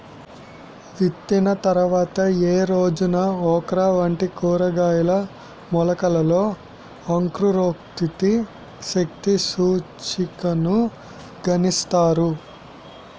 విత్తిన తర్వాత ఏ రోజున ఓక్రా వంటి కూరగాయల మొలకలలో అంకురోత్పత్తి శక్తి సూచికను గణిస్తారు?